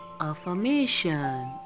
affirmation